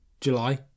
July